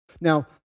Now